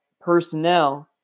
personnel